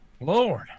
Lord